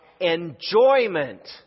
enjoyment